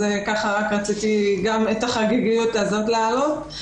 אז ככה רק רציתי את החגיגיות הזאת להעלות.